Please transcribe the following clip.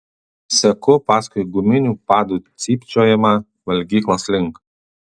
seku paskui guminių padų cypčiojimą valgyklos link